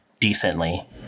decently